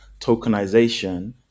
tokenization